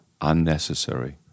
unnecessary